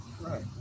Right